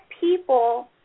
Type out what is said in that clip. people